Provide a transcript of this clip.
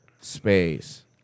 space